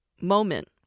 moment